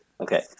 okay